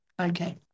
Okay